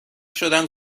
شدم